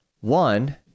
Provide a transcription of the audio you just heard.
one